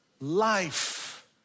life